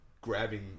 grabbing